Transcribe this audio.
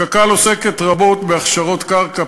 קק"ל עוסקת רבות בהכשרות קרקע,